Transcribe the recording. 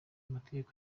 amategeko